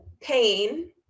pain